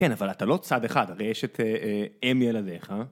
כן, אבל אתה לא צד אחד, הרי יש את אם ילדיך